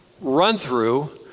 run-through